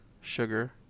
sugar